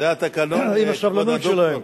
זה התקנון ולא נדון בו.